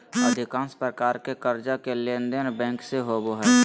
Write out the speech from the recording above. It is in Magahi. अधिकांश प्रकार के कर्जा के लेनदेन बैंक से होबो हइ